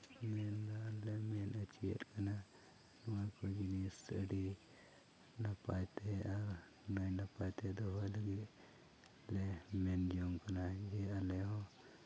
ᱧᱮᱞᱟ ᱞᱮ ᱢᱮᱱ ᱦᱚᱪᱚᱭᱮᱫ ᱠᱟᱱᱟ ᱱᱚᱣᱟ ᱠᱚ ᱡᱤᱱᱤᱥ ᱟᱹᱰᱤ ᱱᱟᱯᱟᱭᱛᱮ ᱟᱨ ᱱᱟᱭ ᱱᱟᱯᱟᱭᱛᱮ ᱫᱚᱦᱚᱭ ᱞᱟᱹᱜᱤᱫ ᱞᱮ ᱢᱮᱱ ᱡᱚᱝ ᱠᱟᱱᱟ ᱡᱮ ᱟᱞᱮ ᱦᱚᱸ